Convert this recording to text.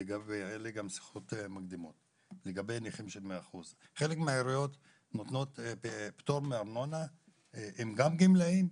היה לי גם שיחות מקדימות לגבי נכים של 100%. חלק מהעיריות נותנות פטור מארנונה אם גם גמלאים,